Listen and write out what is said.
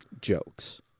jokes